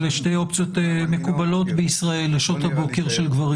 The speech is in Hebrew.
אלה שתי אופציות מקובלות בישראל לשעות הבוקר של גברים.